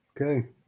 Okay